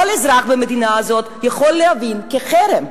כל אזרח במדינה הזאת יכול להבין כחרם.